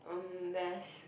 erm Math